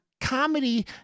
comedy